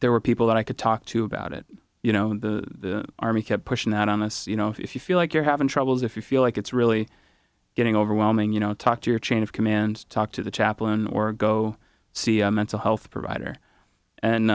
there were people that i could talk to about it you know the army kept pushing that on this you know if you feel like you're having troubles if you feel like it's really getting overwhelming you know talk to your chain of command talk to the chaplain or go see a mental health provider and